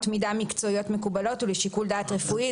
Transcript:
מידה מקצועיות מקובלות ולשיקול דעת רפואי".